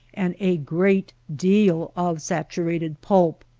and a great deal of saturated pulp.